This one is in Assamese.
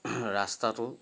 ৰাস্তাটো